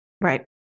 Right